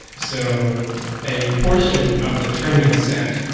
so a portion of the tournament set,